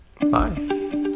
bye